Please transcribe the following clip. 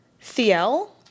Thiel